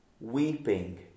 Weeping